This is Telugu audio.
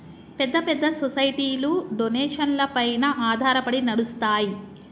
పెద్ద పెద్ద సొసైటీలు డొనేషన్లపైన ఆధారపడి నడుస్తాయి